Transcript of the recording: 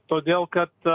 todėl kad